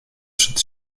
przed